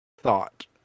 thought